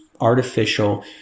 artificial